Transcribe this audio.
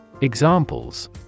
Examples